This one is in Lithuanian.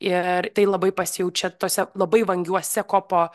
ir tai labai pasijaučia tuose labai vangiuose kopo